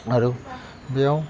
आरो बेयाव